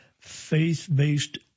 faith-based